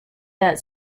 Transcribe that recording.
that